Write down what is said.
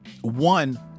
one